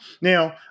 Now